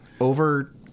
over